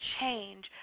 change